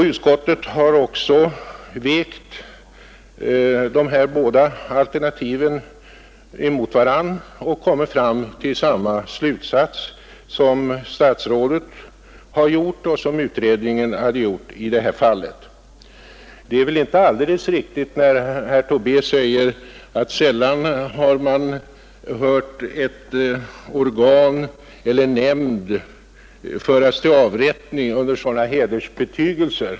Utskottet har också vägt de båda alternativen mot varandra och kommit fram till samma slutsats som statsrådet och utredningen i detta fall. Det är väl inte alldeles riktigt när herr Tobé säger att man sällan fått uppleva att en nämnd förts till avrättning under sådana hedersbetygelser.